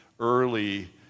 early